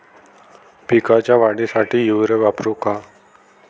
पिकाच्या वाढीसाठी युरिया वापरू का?